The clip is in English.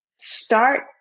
start